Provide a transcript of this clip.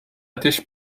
ateş